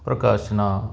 ਪ੍ਰਕਾਸਨਾ